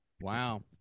Wow